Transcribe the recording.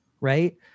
Right